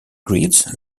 grids